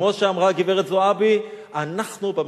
כמו שאמרה גברת זועבי: אנחנו במרכז,